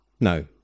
No